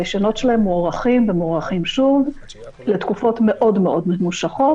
הרישיונות שלהם מוארכים ומוארכים שוב לתקופות מאוד מאוד ממושכות.